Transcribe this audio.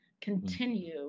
continue